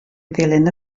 ddilyn